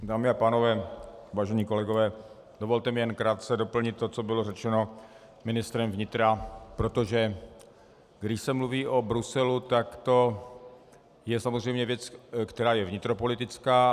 Dámy a pánové, vážení kolegové, dovolte mi jen krátce doplnit to, co bylo řečeno ministrem vnitra, protože když se mluví o Bruselu, tak to je samozřejmě věc, která je vnitropolitická.